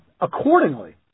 Accordingly